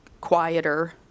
quieter